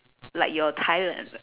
like your tilione